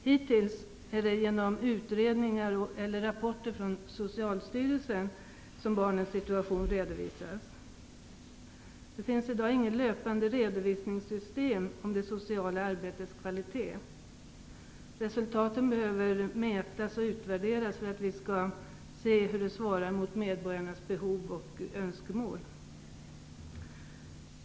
Hittills har det varit genom utredningar eller rapporter från Socialstyrelsen som barnens situation har redovisats. Det finns i dag inget löpande redovisningssystem om det sociala arbetets kvalitet. Resultaten behöver mätas och utvärderas för att vi skall se hur de svarar mot medborgarnas behov och önskemål.